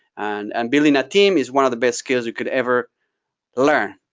and and building a team is one of the best skills you could ever learn,